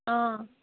अँ